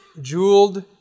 jeweled